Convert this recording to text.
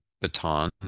baton